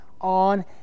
on